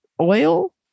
oil